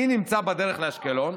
אני נמצא בדרך לאשקלון,